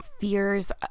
fears